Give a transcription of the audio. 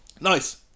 nice